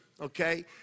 okay